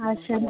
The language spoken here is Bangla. আচ্ছা